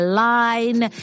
line